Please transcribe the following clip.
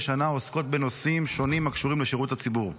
שנה עוסקות בנושאים שונים הקשורים לשירות הציבור.